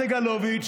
סגלוביץ',